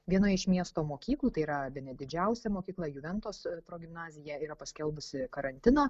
vienoje iš miesto mokyklų tai yra bene didžiausia mokykla juventos progimnazija yra paskelbusi karantiną